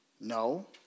No